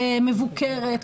מבוקרת,